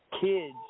kids